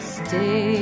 stay